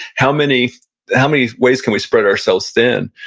how many how many ways can we spread ourselves thin?